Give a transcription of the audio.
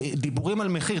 לדיבורים על מחיר.